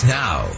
now